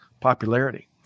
popularity